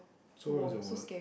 so where was your wallet